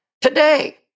Today